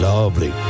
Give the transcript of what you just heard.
Lovely